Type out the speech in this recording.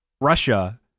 Russia